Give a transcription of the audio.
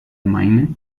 maine